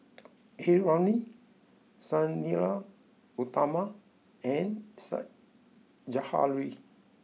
A Ramli Sang Nila Utama and Said Zahari